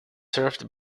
served